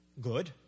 good